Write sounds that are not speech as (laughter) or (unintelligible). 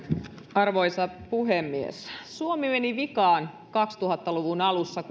arvoisa puhemies suomi meni vikaan kaksituhatta luvun alussa (unintelligible)